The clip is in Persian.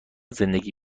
زندگی